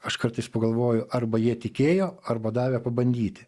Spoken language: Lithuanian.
aš kartais pagalvoju arba jie tikėjo arba davė pabandyti